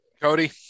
Cody